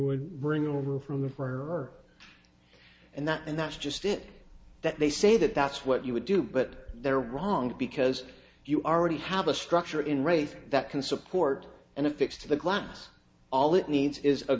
would bring the roof from the fir and that and that's just it that they say that that's what you would do but they're wrong because you already have a structure in raif that can support and affix to the glass all it needs is a